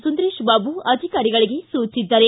ಸುಂದರೇಶ್ ಬಾಬು ಅಧಿಕಾರಿಗಳಿಗೆ ಸೂಚಿಸಿದ್ದಾರೆ